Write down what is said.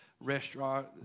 restaurant